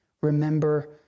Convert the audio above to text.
Remember